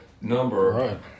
number